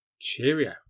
Cheerio